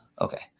Okay